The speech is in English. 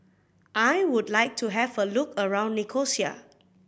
I would like to have a look around Nicosia